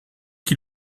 qui